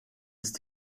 ist